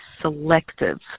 selective